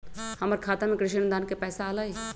हमर खाता में कृषि अनुदान के पैसा अलई?